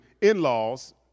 in-laws